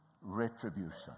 retribution